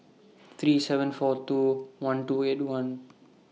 three seven four two one two eight one